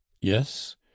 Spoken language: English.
yes